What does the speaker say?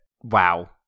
Wow